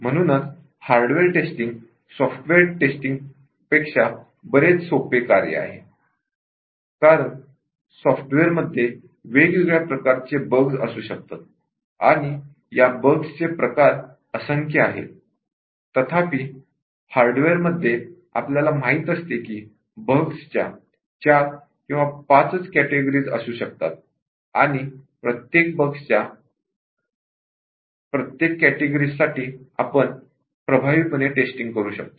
म्हणूनच hardware testing software testing पेक्षा बरेच सोपे कार्य आहे कारण सॉफ्टवेअर मध्ये वेगवेगळ्या प्रकारचे बग्स असू शकतात आणि या बग्स चे प्रकार असंख्य आहेत तथापि हार्डवेअरमध्ये आपल्याला माहित असते की बगच्या 4 किंवा 5 कॅटेगरीज असू शकतात आणि बगच्या प्रत्येक कॅटेगरी साठी आपण प्रभावीपणे टेस्टींग करू शकतो